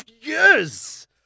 yes